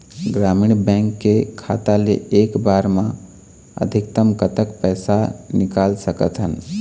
ग्रामीण बैंक के खाता ले एक बार मा अधिकतम कतक पैसा निकाल सकथन?